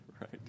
right